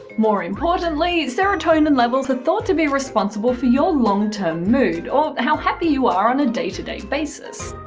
more importantly, serotonin levels are thought to be responsible for your long-term mood, or how happy you are on a day to day basis.